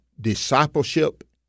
discipleship